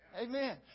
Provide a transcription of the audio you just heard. Amen